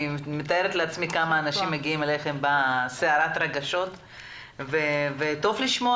אני מתארת לעצמי כמה אנשים מגיעים אליכם עם סערת רגשות וטוב לשמוע